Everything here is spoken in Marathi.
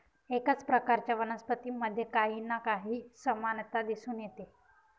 एकाच प्रकारच्या वनस्पतींमध्ये काही ना काही समानता दिसून येते